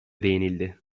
değinildi